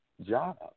Job